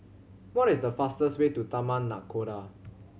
what is the fastest way to Taman Nakhoda